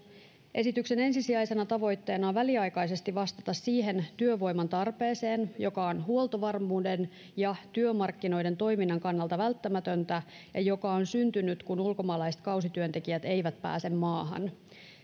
esityksen ensisijaisena tavoitteena on väliaikaisesti vastata siihen työvoiman tarpeeseen joka on huoltovarmuuden ja työmarkkinoiden toiminnan kannalta välttämätöntä ja joka on syntynyt kun ulkomaalaiset kausityöntekijät eivät pääse maahan